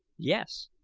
yes,